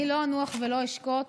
אני לא אנוח ולא אשקוט